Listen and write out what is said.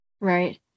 Right